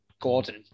Gordon